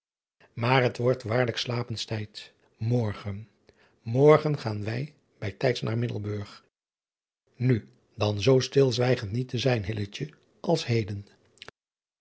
aar het wordt waarlijk slapens tijd orgen morgen gaan wij bij tijds naar iddelburg u dan zoo stilzwijgend niet te zijn als heden